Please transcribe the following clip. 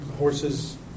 Horses